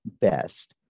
best